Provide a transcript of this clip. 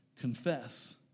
confess